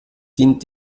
dient